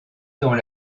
dans